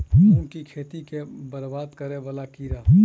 मूंग की खेती केँ बरबाद करे वला कीड़ा?